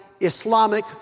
Islamic